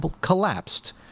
collapsed